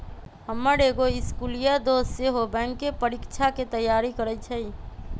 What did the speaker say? हमर एगो इस्कुलिया दोस सेहो बैंकेँ परीकछाके तैयारी करइ छइ